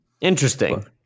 Interesting